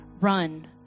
Run